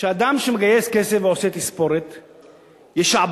שאדם שמגייס כסף ועושה תספורת ישעבד,